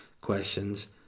questions